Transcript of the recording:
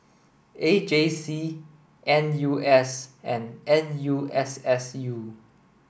A J C N U S and N U S S U